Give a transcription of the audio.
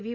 V